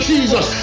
Jesus